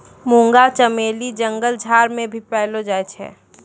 मुंगा चमेली जंगल झाड़ मे भी पैलो जाय छै